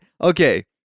Okay